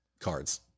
cards